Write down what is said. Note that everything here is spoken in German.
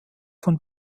von